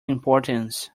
importance